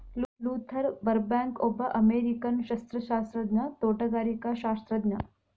Luther ಬರ್ಬ್ಯಾಂಕ್ಒಬ್ಬ ಅಮೇರಿಕನ್ಸಸ್ಯಶಾಸ್ತ್ರಜ್ಞ, ತೋಟಗಾರಿಕಾಶಾಸ್ತ್ರಜ್ಞ